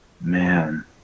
Man